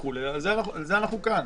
בגלל זה אנחנו כאן.